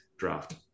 draft